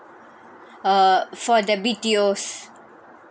err for the B_T_Os